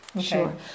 sure